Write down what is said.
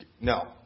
no